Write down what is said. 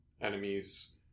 enemies